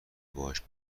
باهاش